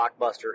blockbuster